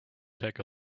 take